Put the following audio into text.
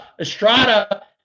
Estrada